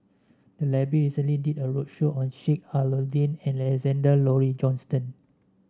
the library recently did a roadshow on Sheik Alau'ddin and Alexander Laurie Johnston